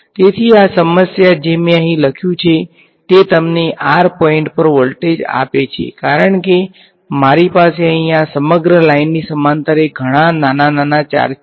તેથી આ સમીકરણ જે મેં અહીં લખ્યું છે તે તમને r પોઈંટ પર વોલ્ટેજ આપે છે કારણ કે મારી પાસે અહીં આ સમગ્ર લંબાઈ ની સમાંતરે ઘણાં નાના નાના ચાર્જ છે